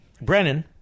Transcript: Brennan